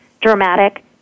dramatic